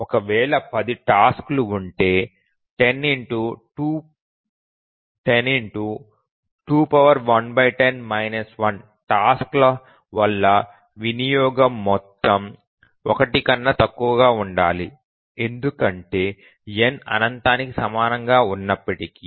ఒక వేళ 10 టాస్క్లు ఉంటే 10 టాస్క్ ల వల్ల వినియోగం మొత్తం 1 కన్నా తక్కువ ఉండాలి ఎందుకంటే n అనంతానికి సమానంగా ఉన్నప్పటికీ